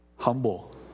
Humble